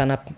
తన